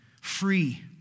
Free